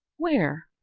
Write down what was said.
where?